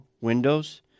windows